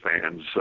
fans